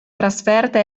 trasferta